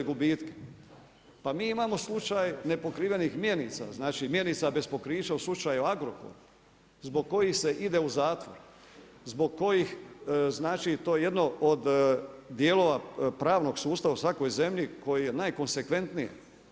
Pa mi imamo slučaj nepokrivenih mjenica, znači mjenica bez pokrića u slučaju Agrokor zbog kojih se ide u zatvor, zbog kojih znači to jedno od dijelova pravnog sustava u svakoj zemlji koji je najkonsekventniji.